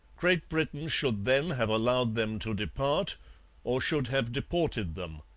great britain should then have allowed them to depart or should have deported them.